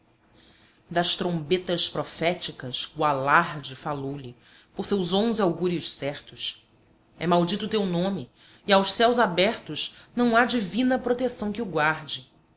das trombetas proféticas o alarde falou-lhe por seus onze augúrios certos é maldito o teu nome e aos céus abertos não há divina proteção que o guarde